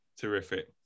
terrific